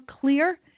clear